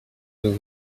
nous